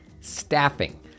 Staffing